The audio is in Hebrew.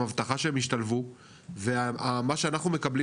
עם הבטחה שהם ישתלבו ומה שאנחנו מקבלים